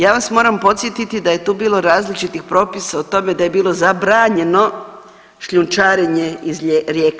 Ja vas moram podsjetiti da je tu bilo različitih propisa o tome da je bilo zabranjeno šljunčarenje iz rijeke.